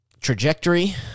trajectory